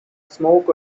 smoke